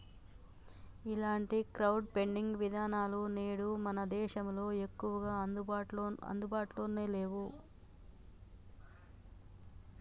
ఇలాంటి crowd funding విధానాలు నేడు మన దేశంలో ఎక్కువగా అందుబాటులో నేవు